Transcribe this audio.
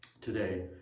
today